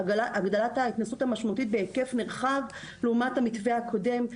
המשמעותית בהיקף נרחב לעומת המתווה הקודם,